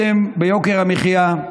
נכשלתם ביוקר המחיה,